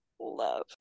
Love